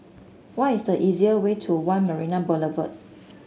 what is the easier way to One Marina Boulevard